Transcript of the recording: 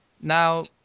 Now